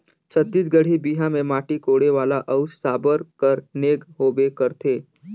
छत्तीसगढ़ी बिहा मे माटी कोड़े वाला अउ साबर कर नेग होबे करथे